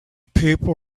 people